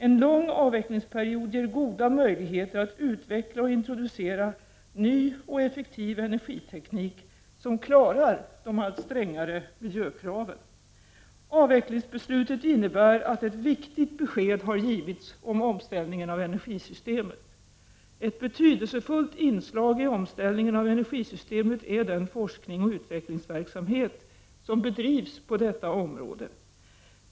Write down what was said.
En lång avvecklingsperiod ger goda möjligheter att utveckla och introducera ny och effektiv energiteknik som klarar de allt strängare miljökraven. Avvecklingsbeslutet innebär att ett viktigt besked har givits om omställningen av energisystemet. Ett betydelsefullt inslag i omställningen av energisystemet är den forskning och utvecklingsverksamhet som bedrivs på detta område.